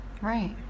Right